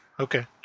Okay